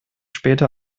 später